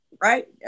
right